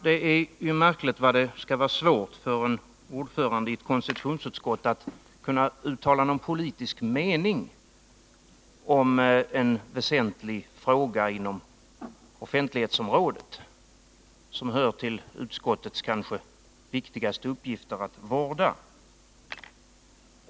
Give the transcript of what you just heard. Herr talman! Det är märkligt vad det skall vara svårt för ordföranden i konstitutionsutskottet att uttala någon politisk mening i en väsentlig fråga på offentlighetsområdet som hör till utskottets kanske viktigaste uppgifter att vårda.